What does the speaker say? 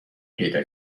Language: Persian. پیدا